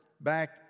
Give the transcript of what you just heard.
back